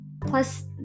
Plus